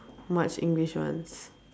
much english ones